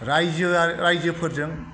रायजोआ रायजोफोरजों